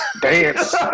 Dance